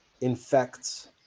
infects